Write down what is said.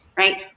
Right